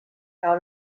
cau